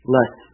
Less